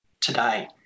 today